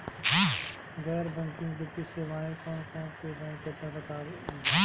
गैर बैंकिंग वित्तीय सेवाएं कोने बैंक के अन्तरगत आवेअला?